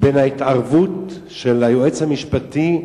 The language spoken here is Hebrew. בין ההתערבות של היועץ המשפטי,